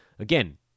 Again